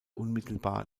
unmittelbar